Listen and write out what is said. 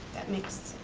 that makes,